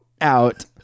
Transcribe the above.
out